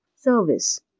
service